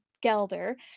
Gelder